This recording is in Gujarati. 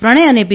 પ્રણથ અને પી